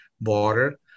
border